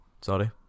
sorry